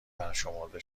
برشمرده